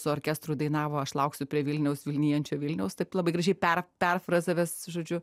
su orkestru dainavo aš lauksiu prie vilniaus vilnijančio vilniaus taip labai gražiai per perfrazavęs žodžiu